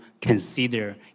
consider